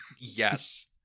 Yes